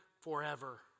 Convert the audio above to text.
forever